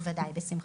בוודאי, בשמחה.